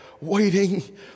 waiting